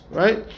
right